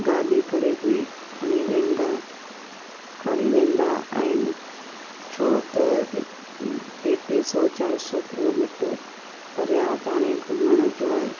गाॾी करे बि खणी वेंदा खणी वेंदा आहिनि छो त ह टे टे सौ चारि सौ किलोमीटर परियां ताईं घुमण जो आहे